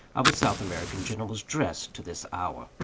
of a south american gentleman's dress to this hour.